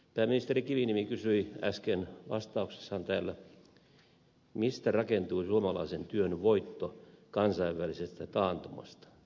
pääministeri kiviniemi kysyi äsken vastauksessaan täällä mistä rakentui suomalaisen työn voitto kansainvälisestä taantumasta